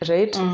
Right